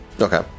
okay